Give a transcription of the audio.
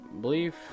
believe